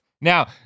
Now